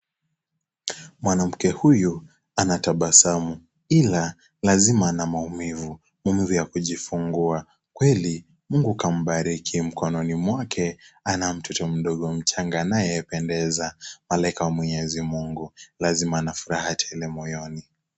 Mwanamke huyu anatabasamu, ila, lazima ana maumivu. Maumivu ya kujifungua. Kweli, Mungu kambariki. Mkononi mwake, ana mtoto mdogo mchanga anayependeza, malaika wa Mwenyezi Mungu, lazima ana furaha tele moyoni.